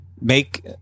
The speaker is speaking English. make